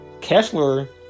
Kessler